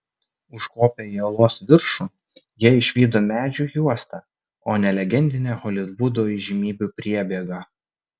užkopę į uolos viršų jie išvydo medžių juostą o ne legendinę holivudo įžymybių priebėgą